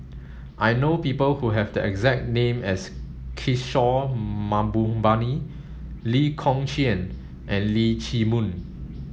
I know people who have the exact name as Kishore Mahbubani Lee Kong Chian and Leong Chee Mun